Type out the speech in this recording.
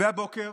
והבוקר